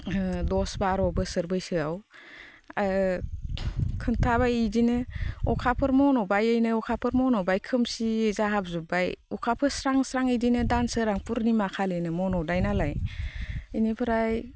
दस बार' बोसोर बैसोआव खिनथाबाय बिदिनो अखाफोर मन'बायनो अखाफोर मन'बाय खोमसि जाहाबजोब्बाय अखाफोर स्रां स्रां बिदिनो दानसोरां पुरनिमा खालिनो मन'नाय नालाय बेनिफ्राय